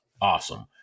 Awesome